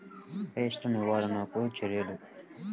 Pest నివారణకు చర్యలు?